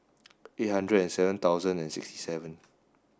eight hundred and seven thousand and sixty seven